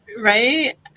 right